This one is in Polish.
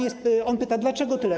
I on pyta: Dlaczego tyle?